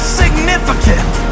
significant